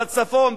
בצפון,